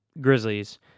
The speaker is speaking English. Grizzlies